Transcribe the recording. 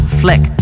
flick